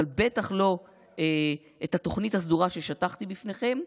אבל בטח לא את התוכנית הסדורה ששטחתי בפניכם.